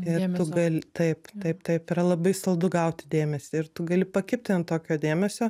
ir tu gal taip taip taip yra labai saldu gauti dėmesį ir tu gali pakibti ant tokio dėmesio